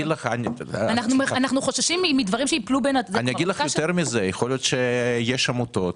יותר מזה, יכול להיות שיש עמותות,